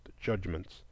judgments